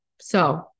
So-